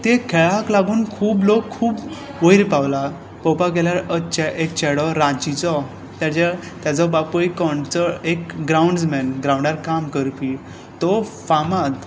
त्या खेळाक लागून खूब लोक वयर पावल्यात पळोवपाक गेल्यार अ चे एक चेडो रांचीचो ताज्या ताजो बापूय कोण तो एक ग्रावंड मेन्स ग्रावंडार काम करपी तो फामाद